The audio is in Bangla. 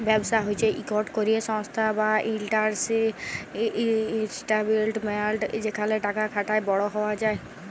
ব্যবসা হছে ইকট ক্যরে সংস্থা বা ইস্টাব্লিশমেল্ট যেখালে টাকা খাটায় বড় হউয়া যায়